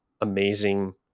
amazing